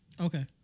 Okay